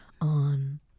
on